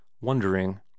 wondering